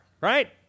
right